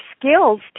skills